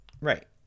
Right